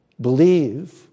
Believe